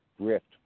drift